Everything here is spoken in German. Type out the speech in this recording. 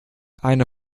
einer